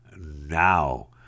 now